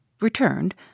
returned